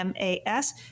MAS